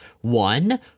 One